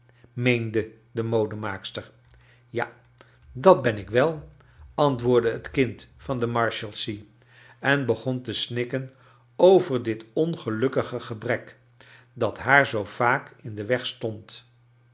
meende de modemaakster ja dat ben ik wel antwoordde het kind van de marshalsea en begon te snikken over dit ongclukkige gebrek dat haar zop vaak in den weg stond